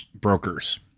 brokers